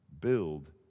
build